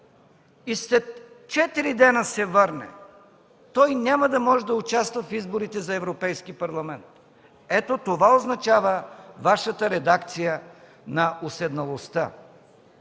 и след 4 дена се върне, той няма да може да участва в изборите на Европейски парламент. Това означава Вашата редакция на „уседналост”-та.